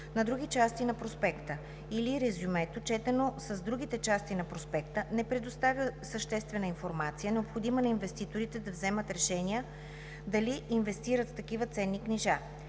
на другите части на проспекта, или резюмето, четено с другите части на проспекта, не предоставя съществената информация, необходима на инвеститорите да вземат решение дали да инвестират в такива ценни книжа.